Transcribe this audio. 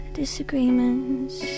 disagreements